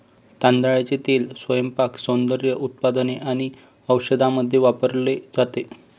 तांदळाचे तेल स्वयंपाक, सौंदर्य उत्पादने आणि औषधांमध्ये वापरले जाते